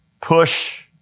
push